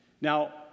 Now